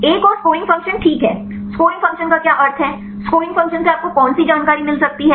एक और scoring function ठीक है स्कोरिंग फ़ंक्शन का क्या अर्थ है स्कोरिंग फ़ंक्शन से आपको कौन सी जानकारी मिल सकती है